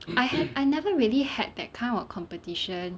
I have I never really had that kind of competition